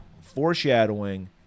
foreshadowing